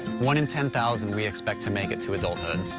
one in ten thousand we expect to make it to adulthood.